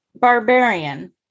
barbarian